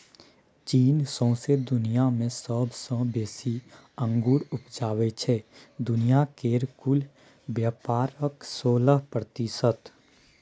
चीन सौंसे दुनियाँ मे सबसँ बेसी अंगुर उपजाबै छै दुनिया केर कुल बेपारक सोलह प्रतिशत